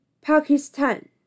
Pakistan